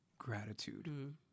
gratitude